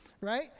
right